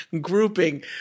grouping